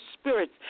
spirits